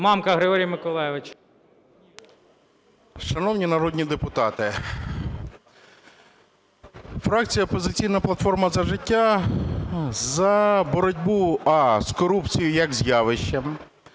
Шановні народні депутати! Фракція "Опозиційна платформа – За життя" за боротьбу: а) з корупцією як з явищем